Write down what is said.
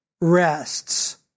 rests